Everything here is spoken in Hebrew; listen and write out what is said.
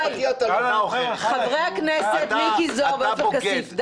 די, חברי הכנסת מיקי זוהר ועופר כסיף.